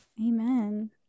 Amen